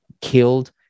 killed